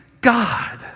God